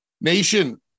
nation